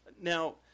Now